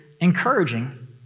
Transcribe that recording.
encouraging